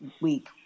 week